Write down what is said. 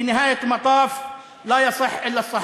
בסופו של דבר האמת תצא לאור.